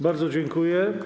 Bardzo dziękuję.